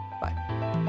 bye